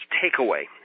takeaway